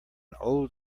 old